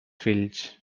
fills